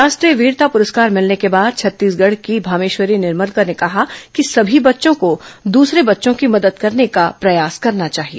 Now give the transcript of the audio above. राष्ट्रीय वीरता पुरस्कार मिलने के बाद छत्तीसगढ़ की भामेश्वरी निर्मलकर ने कहा कि सभी बच्चों को दुसरों की मदद करने का प्रयास करना चाहिए